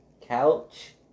couch